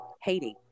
Haiti